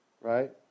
Right